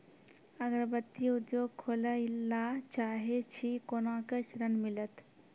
अगरबत्ती उद्योग खोले ला चाहे छी कोना के ऋण मिलत?